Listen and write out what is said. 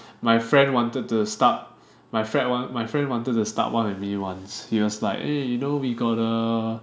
my friend wanted to start my frie~ want my friend wanted to start one with me once he was like eh you know we got the